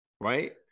Right